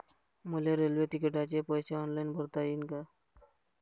मले रेल्वे तिकिटाचे पैसे ऑनलाईन भरता येईन का?